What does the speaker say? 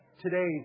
today